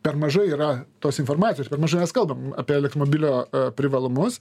per mažai yra tos informacijos per mažai mes kalbam apie elektromobilio privalumus